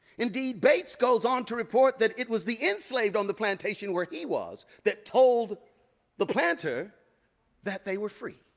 indeed bates goes on to report that it was the enslaved on the plantation where he was that told the planter that they were free.